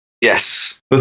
Yes